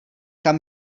kam